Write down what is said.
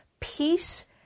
peace